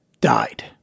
died